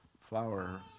flower